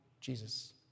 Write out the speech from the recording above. Jesus